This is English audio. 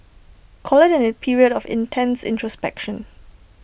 call IT A period of intense introspection